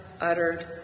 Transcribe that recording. uttered